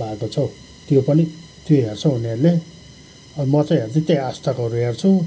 भएको छ हौ त्यो पनि त्यो हेर्छ उनीहरूले म चाहिँ हेर्छु त्यही आजतकहरू हेर्छु